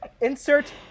Insert